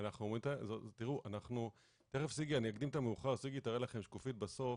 אני אקדים את המאוחר סיגי תראה לכם שקופית בסוף,